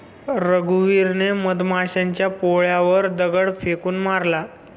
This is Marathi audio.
रघुवीरने मधमाशांच्या पोळ्यावर दगड फेकून मारला